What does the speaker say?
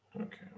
Okay